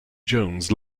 jones